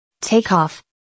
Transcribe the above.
Takeoff